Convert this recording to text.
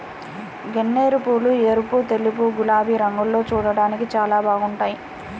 గన్నేరుపూలు ఎరుపు, తెలుపు, గులాబీ రంగుల్లో చూడ్డానికి చాలా బాగుంటాయ్